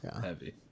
Heavy